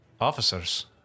officers